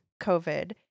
COVID